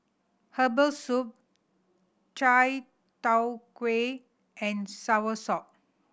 herbal soup chai tow kway and soursop